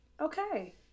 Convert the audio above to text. Okay